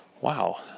wow